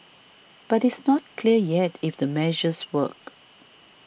but it's not clear yet if the measures work